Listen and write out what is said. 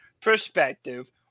perspective